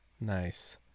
Nice